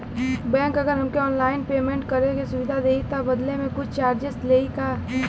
Bank अगर हमके online payment करे के सुविधा देही त बदले में कुछ चार्जेस लेही का?